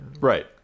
Right